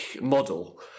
model